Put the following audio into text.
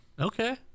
Okay